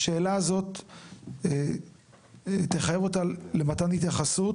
השאלה הזאת תחייב אותה למתן התייחסות